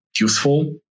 useful